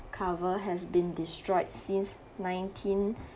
cover has been destroyed since nineteen